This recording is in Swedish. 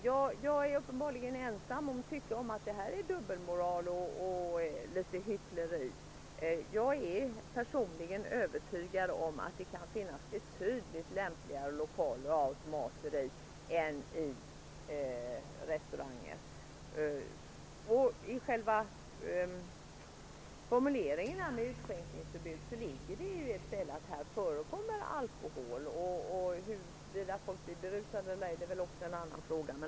Jag är uppenbarligen ensam om att tycka att detta är dubbelmoral och hyckleri. Jag är personligen övertygad om att det kan finnas betydligt lämpligare lokaler att ha automater i än restauranger. I själva ordet utskänkning ligger att det handlar om alkohol. Huruvida folk blir berusade eller ej är en annan fråga.